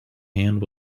hand